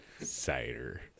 Cider